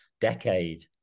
decade